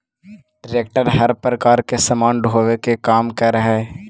tractor हर प्रकार के सामान ढोवे के काम करऽ हई